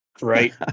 right